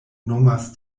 nomas